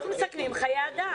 אנחנו מסכנים חיי אדם.